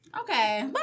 Okay